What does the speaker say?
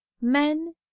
men